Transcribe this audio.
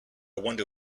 wonder